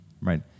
right